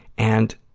and,